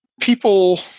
people